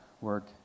work